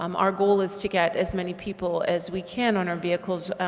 um our goal is to get as many people as we can on our vehicles,